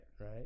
Right